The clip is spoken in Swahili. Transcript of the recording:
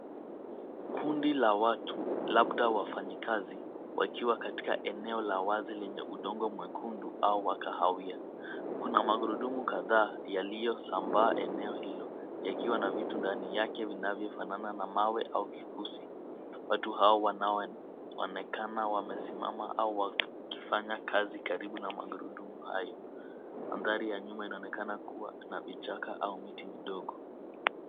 Kundi la watu labda wafanyikazi wakiwa katika eneo la wazi lenye udongo mwekundu au wa kahawia. Kuna magurudumu kadhaa yaliyosambaa eneo hilo yakiwa na vitu ndani yake vinavyofanana na mawe au kifusi. Watu hao wanaoonekana wamesimama au wakifanya kazi karibu na magurudumu hayo. Mandhari ya nyuma inaonekana kuwa na vichaka au miti midogo.